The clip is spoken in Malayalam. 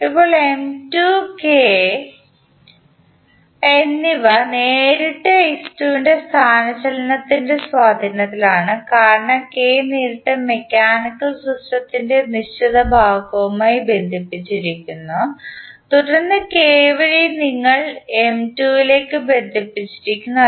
ഇപ്പോൾ M2 K എന്നിവ നേരിട്ട് x2 ൻറെ സ്ഥാന ചലനത്തിൻറെ സ്വാധീനത്തിലാണ് കാരണം കെ നേരിട്ട് മെക്കാനിക്കൽ സിസ്റ്റത്തിൻറെ നിശ്ചിത ഭാഗവുമായി ബന്ധിപ്പിച്ചിരിക്കുന്നു തുടർന്ന് കെ വഴി നിങ്ങൾ M2 ലേക്ക് ബന്ധിപ്പിച്ചിരിക്കുന്നു